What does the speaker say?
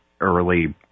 early